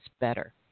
better